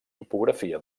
topografia